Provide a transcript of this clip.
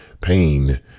pain